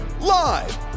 Live